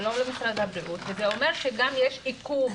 ולא למשרד הבריאות וזה אומר שיש גם עיכוב